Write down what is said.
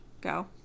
Go